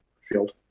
field